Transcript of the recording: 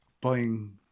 buying